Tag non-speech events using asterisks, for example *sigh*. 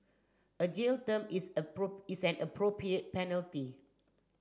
a jail term is a *unintelligible* is an appropriate penalty